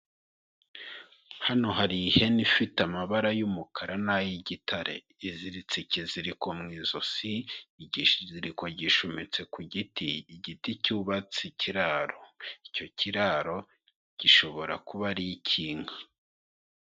Hano hari ihene ifite amabara y'umukara n'ay'igitare, iziritse ikiziriko mu izosi ikiziriko gishumitse ku giti, igiti cyubatse ikiraro icyo kiraro gishobora kuba ari icy'inka.